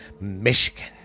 Michigan